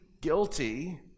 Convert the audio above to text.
guilty